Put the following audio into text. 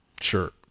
Sure